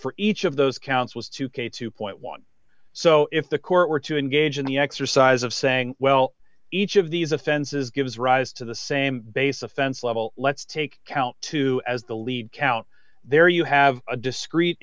for each of those counts was two k two dollars so if the court were to engage in the exercise of saying well each of these offenses gives rise to the same base offense level let's take count two as the lead count there you have a discre